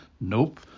Nope